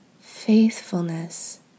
faithfulness